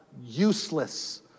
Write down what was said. useless